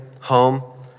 home